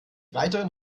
weiteren